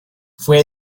fue